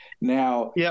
Now